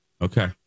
Okay